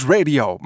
Radio